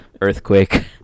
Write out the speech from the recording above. Earthquake